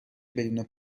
بدون